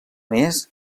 més